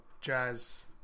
jazz